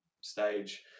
stage